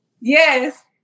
Yes